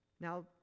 Now